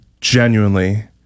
genuinely